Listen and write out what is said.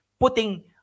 Putting